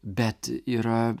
bet yra